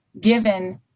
given